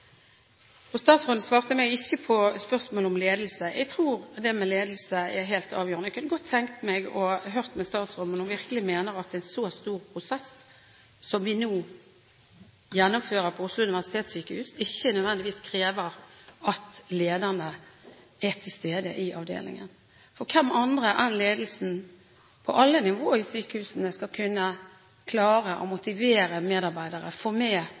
svar. Statsråden svarte meg ikke på spørsmålet om ledelse. Jeg tror det med ledelse er helt avgjørende. Jeg kunne godt tenkt meg å høre med statsråden om hun virkelig mener at en så stor prosess som vi nå gjennomfører på Oslo universitetssykehus, ikke nødvendigvis krever at lederne er til stede i avdelingen. For hvem andre enn ledelsen på alle nivåer i sykehusene skal kunne klare å motivere medarbeiderne, få med